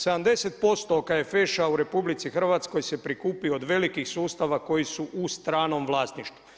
70% … u RH se prikupi od velikog sustava koji su u stranom vlasništvu.